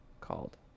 called